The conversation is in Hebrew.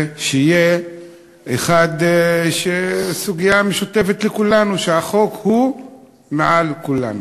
שתהיה סוגיה משותפת לכולנו שהחוק הוא מעל כולנו.